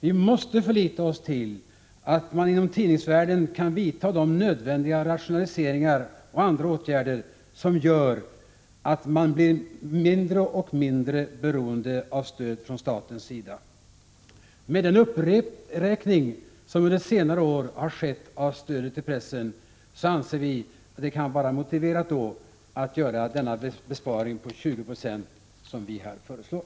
Vi måste lita till att man inom tidningsvärlden kan vidta de nödvändiga rationaliseringar och andra åtgärder som gör att man blir mindre och mindre beroende av stöd från statens sida. Med tanke på den uppräkning som under senare år har skett av stödet till pressen anser vi att det kan vara motiverat att göra den besparing på 2090 som vi här föreslår.